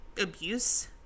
abuse